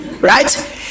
right